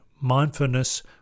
Mindfulness